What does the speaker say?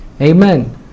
Amen